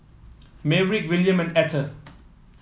Maverick William and Etter